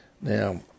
Now